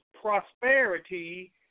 prosperity